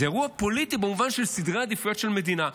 זה אירוע פוליטי במובן של סדרי עדיפויות של מדינה.